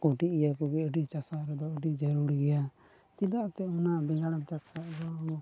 ᱠᱩᱰᱤ ᱤᱭᱟᱹ ᱠᱚᱜᱮ ᱟᱹᱰᱤ ᱪᱟᱥᱟ ᱨᱮᱫᱚ ᱟᱹᱰᱤ ᱡᱟᱹᱨᱩᱲ ᱜᱮᱭᱟ ᱪᱮᱫᱟᱜᱛᱮ ᱚᱱᱟ ᱵᱮᱸᱜᱟᱲᱮᱢ ᱪᱟᱥ ᱠᱷᱟᱱ ᱫᱚ